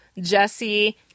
Jesse